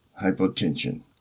hypotension